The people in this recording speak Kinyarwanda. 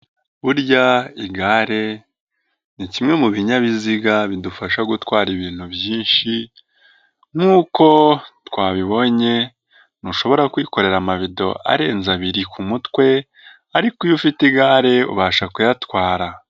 Burya igare ni kimwe mu binyabiziga bidufasha gutwara ibintu byinshi nkuko twabibonye ntushobora kwikorera amabido arenze abiri ku mutwe ariko iyo ufite igare ubasha kuyatwara.